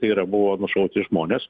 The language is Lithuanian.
tai yra buvo nušauti žmonės